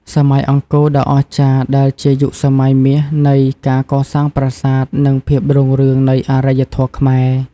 សម័យអង្គរដ៏អស្ចារ្យ ដែលជាយុគសម័យមាសនៃការកសាងប្រាសាទ និងភាពរុងរឿងនៃអរិយធម៌ខ្មែរ។